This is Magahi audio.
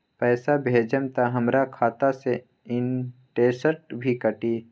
पैसा भेजम त हमर खाता से इनटेशट भी कटी?